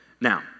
Now